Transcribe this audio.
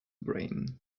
brain